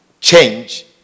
change